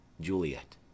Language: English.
Juliet